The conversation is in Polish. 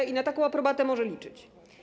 I na taką aprobatę może liczyć.